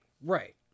right